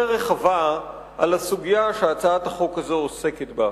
רחבה על הסוגיה שהצעת החוק הזו עוסקת בה.